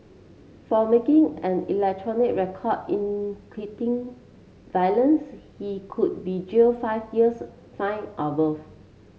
for making an electronic record in violence he could be jailed five years fined or both